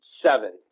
seven